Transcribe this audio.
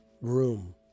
room